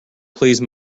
please